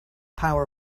power